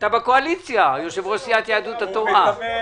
אתה בקואליציה יושב-ראש סיעת יהדות התורה.